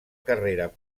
carrera